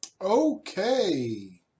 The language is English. Okay